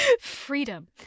freedom